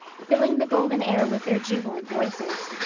filling the golden air with their jubilant voices.